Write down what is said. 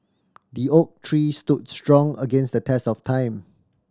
the oak tree stood strong against the test of time